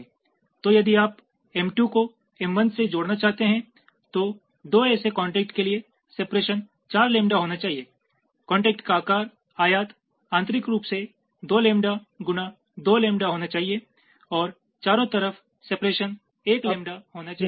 तो यदि आप M2 को M1 से जोड़ना चाहते हैं तो दो ऐसे कॉन्टेक्ट के लिए सेपरेशन चार लैम्बडा होना चाहिए कॉन्टेक्ट का आकार आयात आंतरिक रूप से दो लैम्बडा गुणा दो लैम्बडा होना चाहिए और चारों तरफ सेपरेशन एक लैम्बडा होना चाहिए